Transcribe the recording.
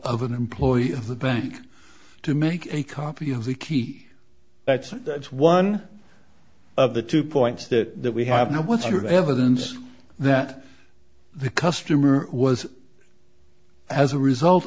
of an employee of the bank to make a copy of the key it's one of the two points that we have now what's your evidence that the customer was as a result